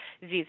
vis